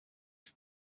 air